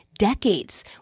decades